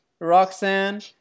Roxanne